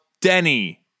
Denny